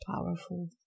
powerful